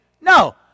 no